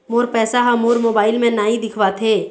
मोर पैसा ह मोर मोबाइल में नाई दिखावथे